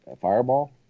Fireball